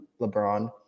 LeBron